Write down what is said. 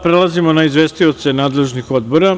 Prelazimo na izvestioce nadležnih odbora.